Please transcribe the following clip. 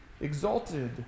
exalted